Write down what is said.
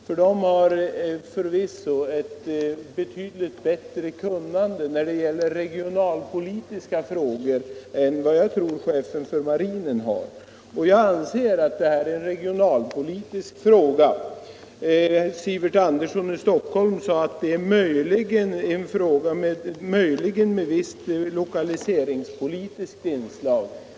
Jag tror att den har ett betydligt bättre kunnande i regionalpoliuska frågor än vad chefen för marinen har. Jag anser att deta är en regionalpolitisk fråga. Herr Sivert Andersson i Stockholm sade att det möjligen är en fråga med visst regionalpolitiskt inslag.